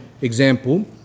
example